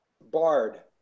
Bard